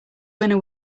winner